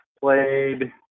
played